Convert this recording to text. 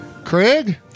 Craig